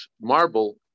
marble